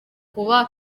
kuba